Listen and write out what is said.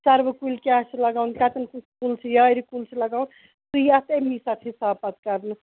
سَروٕ کُلۍ کیٛاہ چھِ لگاوُن کَتَٮ۪ن کُس کُل چھِ یارِ کُل چھُ لگاوُن سُہ یِیہِ اَتھ اَمی ساتہٕ حِساب پتہٕ کَرنہٕ